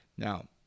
Now